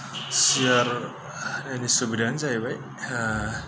सियार सुबिदायानो जाहैबाय